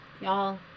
y'all